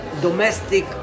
domestic